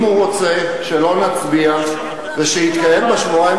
אם הוא רוצה שלא נצביע ושיתקיים בשבועיים